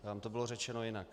Tam to bylo řečeno jinak.